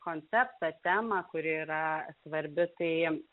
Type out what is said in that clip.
konceptą temą kuri yra svarbi tai